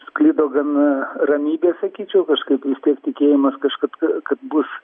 sklido gan ramybė sakyčiau kažkaip vis tiek tikėjimas kažkaip kad bus